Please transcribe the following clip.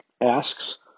asks –